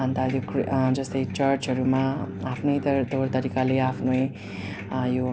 अन्त अलिक जस्तै चर्चहरूमा आफ्नै त तौरतरिकाले आफ्नै यो